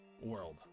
world